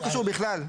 לא קשור בכלל,